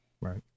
Right